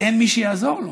אין מי שיעזור לו,